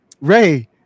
Ray